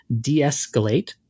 de-escalate